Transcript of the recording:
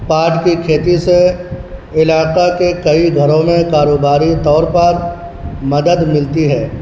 پاٹ کی کھیتی سے علاقہ کے کئی گھروں میں کاروباری طور پر مدد ملتی ہے